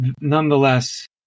Nonetheless